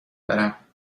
برم